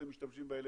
אתם משתמשים ב-LMG;